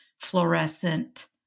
fluorescent